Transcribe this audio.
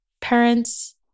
parents